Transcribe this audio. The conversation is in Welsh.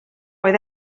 oedd